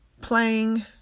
playing